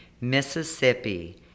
Mississippi